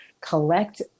collect